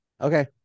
Okay